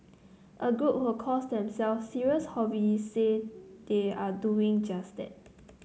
a group who calls themselves serious hobby say they are doing just that